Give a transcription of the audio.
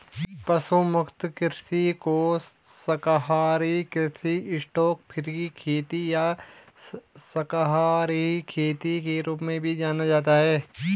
पशु मुक्त कृषि को शाकाहारी कृषि स्टॉकफ्री खेती या शाकाहारी खेती के रूप में भी जाना जाता है